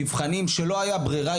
מבחנים שלא הייתה ברירה,